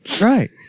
right